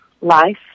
life